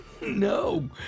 no